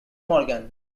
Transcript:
morgan